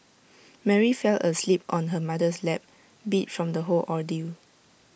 Mary fell asleep on her mother's lap beat from the whole ordeal